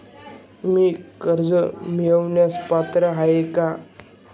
मी कर्ज मिळवण्यास पात्र आहे का?